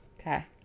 okay